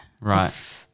Right